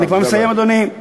אני כבר מסיים, אדוני.